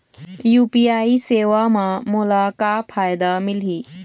UPI सेवा म मोला का फायदा मिलही?